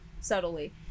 subtly